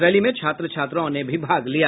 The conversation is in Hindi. रैली में छात्र छात्राओं ने भी भाग लिया